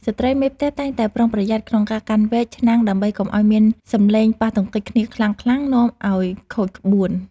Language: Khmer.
ស្ត្រីមេផ្ទះតែងតែប្រុងប្រយ័ត្នក្នុងការកាន់វែក ឆ្នាំង ដើម្បីកុំឱ្យមានសំឡេងប៉ះទង្គិចគ្នាខ្លាំងៗនាំឱ្យខូចក្បួន។